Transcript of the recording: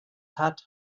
hat